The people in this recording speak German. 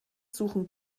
suchen